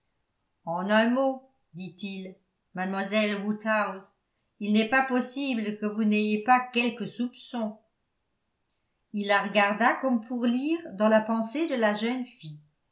en un mot dit-il mademoiselle woodhouse il n'est pas possible que vous n'ayez pas quelques soupçons il la regarda comme pour lire dans la pensée de la jeune fille